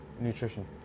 nutrition